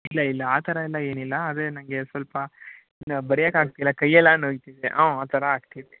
ಇಲ್ಲ ಇಲ್ಲ ಆ ಥರಯೆಲ್ಲ ಏನಿಲ್ಲ ಆದರೆ ನನಗೆ ಸ್ವಲ್ಪ ಇಲ್ಲ ಬರೆಯಕ್ಕಾಗ್ತಿಲ್ಲ ಕೈಯೆಲ್ಲ ನೋಯ್ತಿದೆ ಹ್ಞೂ ಆ ಥರ ಆಗ್ತಿದೆ